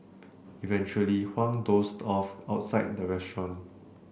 eventually Huang dozed off outside the restaurant